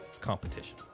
competition